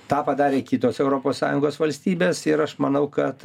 tą padarė kitos europos sąjungos valstybės ir aš manau kad